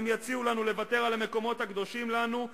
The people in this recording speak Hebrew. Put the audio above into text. אם יציעו לנו לוותר על המקומות הקדושים לנו,